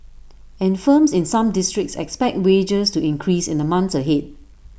and firms in some districts expect wages to increase in the months ahead